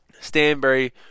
Stanbury